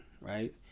Right